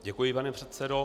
Děkuji, pane předsedo.